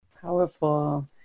Powerful